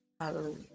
hallelujah